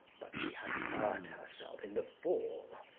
but she had hurt herself in the fall,